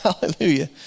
Hallelujah